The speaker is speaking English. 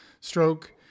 stroke